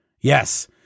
yes